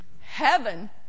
Heaven